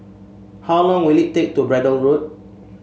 how long will it take to Braddell Road